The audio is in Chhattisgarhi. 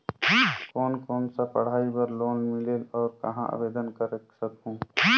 कोन कोन सा पढ़ाई बर लोन मिलेल और कहाँ आवेदन कर सकहुं?